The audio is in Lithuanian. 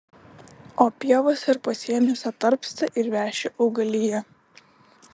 o pievose ir pasieniuose tarpsta ir veši augalija